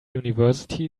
university